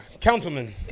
Councilman